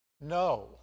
No